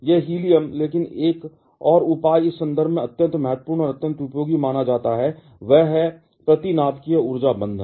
यह हीलियम लेकिन एक और उपाय इस संदर्भ में अत्यंत महत्वपूर्ण और अत्यंत उपयोगी पाया जाता है वह है प्रति नाभिकीय ऊर्जा बंधन